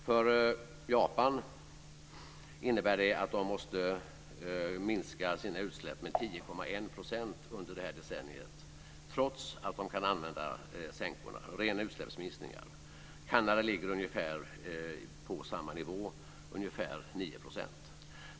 För Japan innebär det att man måste minska utsläppen med 10,1 % under det här decenniet, trots att man kan använda sänkorna - en ren utsläppsminskning. Kanada ligger på ungefär samma nivå, ungefär 9 %.